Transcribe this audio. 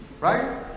right